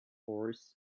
horse